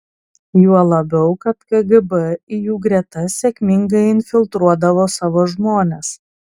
juo labiau kad kgb į jų gretas sėkmingai infiltruodavo savo žmones